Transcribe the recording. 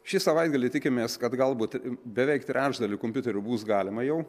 šį savaitgalį tikimės kad galbūt beveik trečdalį kompiuterių bus galima jau